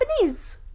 Japanese